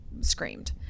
screamed